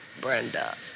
Brenda